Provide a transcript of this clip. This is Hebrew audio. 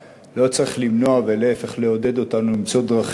לא צריך למנוע, ולהפך, לעודד אותנו למצוא דרכים.